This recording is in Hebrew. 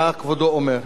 בסדר, מה כבודו אומר?